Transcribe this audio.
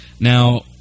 Now